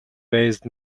based